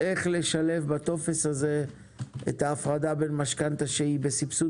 איך לשלב בטופס הזה את ההפרדה למשכנתא שהיא בסבסוד